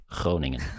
Groningen